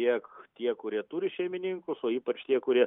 tiek tie kurie turi šeimininkus o ypač tie kurie